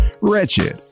Wretched